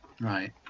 Right